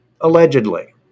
Allegedly